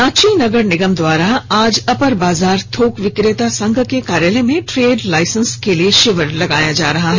रांची नगर निगम के द्वारा आज अपर बाजार थोक विक्रेता संघ के कार्यालय में ट्रेड लाइसेंस के लिए शिविर लगाया जा रहा है